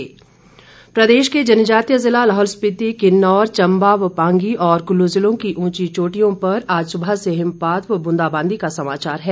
मौसम प्रदेश के जनजातीय जिला लाहौल स्पिति किन्नौर चंबा व पांगी और कुल्लू जिलों की उंची चोटियों पर आज सुबह से हिमपात व बूंदाबादी का समाचार है